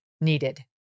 needed